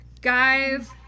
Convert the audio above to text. Guys